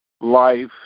life